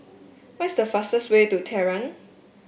what is the fastest way to Tehran